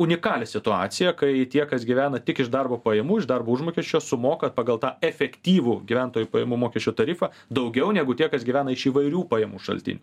unikalią situaciją kai tie kas gyvena tik iš darbo pajamų iš darbo užmokesčio sumoka pagal tą efektyvų gyventojų pajamų mokesčio tarifą daugiau negu tie kas gyvena iš įvairių pajamų šaltinių